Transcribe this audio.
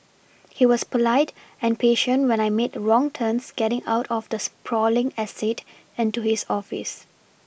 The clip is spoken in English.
he was polite and patient when I made wrong turns getting out of the sprawling estate and to his office